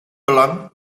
belang